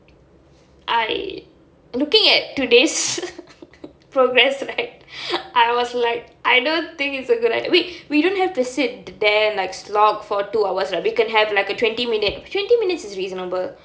I looking at today's progress right I was like I don't think it's a good idea wait we don't have to sit there and like slog for two hours right we can have like a twenty minute twenty minutes is reasonable